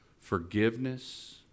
forgiveness